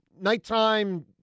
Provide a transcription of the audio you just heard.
nighttime